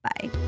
Bye